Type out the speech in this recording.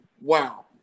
wow